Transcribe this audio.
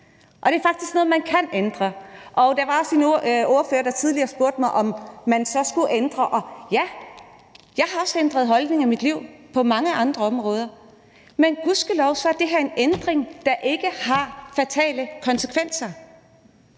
og det er faktisk noget, man kan ændre. Der var også en ordfører, der tidligere spurgte mig om det. Og ja, jeg har også ændret holdning i mit liv på mange andre områder, men gudskelov er det her en ændring, der ikke har fatale konsekvenser.